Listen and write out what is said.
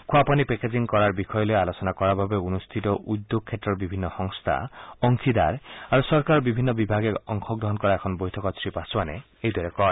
খোৱাপানী পেকেজিং কৰাৰ বিষয় লৈ আলোচনা কৰাৰ বাবে অনূষ্ঠিত উদ্যোগ ক্ষেত্ৰৰ বিভিন্ন সংস্থা অংশীদাৰ আৰু চৰকাৰৰ বিভিন্ন বিভাগে অংশগ্ৰহণ কৰা এখন বৈঠকত শ্ৰীপাছোৱানে এইদৰে কয়